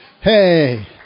Hey